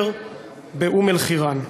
הבוקר באום-אלחיראן.